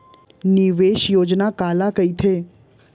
निवेश योजना काला कहिथे?